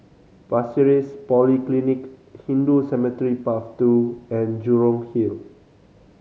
Pasir Ris Polyclinic Hindu Cemetery Path Two and Jurong Hill